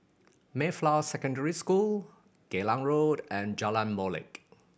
Mayflower Secondary School Geylang Road and Jalan Molek